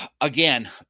Again